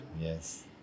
Yes